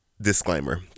disclaimer